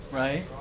right